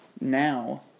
now